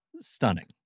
stunning